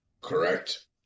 correct